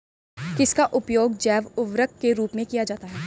किसका उपयोग जैव उर्वरक के रूप में किया जाता है?